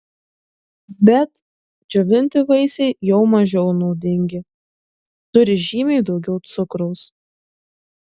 bet džiovinti vaisiai jau mažiau naudingi turi žymiai daugiau cukraus